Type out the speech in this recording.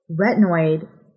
retinoid